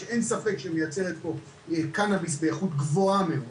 שאין ספק שהיא מייצרת פה קנאביס באיכות גבוהה מאוד.